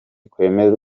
kwemezwa